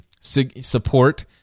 support